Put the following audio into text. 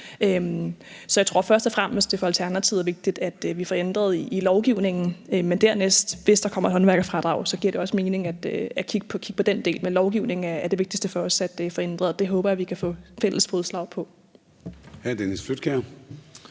Så jeg tror først og fremmest, det for Alternativet er vigtigt, at vi får ændret i lovgivningen, men dernæst, hvis der kommer et håndværkerfradrag, giver det også mening at kigge på den del. Men lovgivningen er det vigtigste for os at få ændret, og der håber jeg, vi kan finde fælles fodslag.